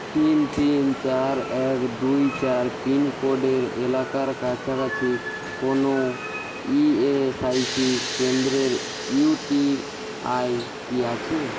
তিন তিন চার এক দুই চার পিনকোডের এলাকার কাছাকাছি কোনও ইএসআইসি কেন্দ্রের ইউটিআই কি আছে